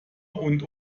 und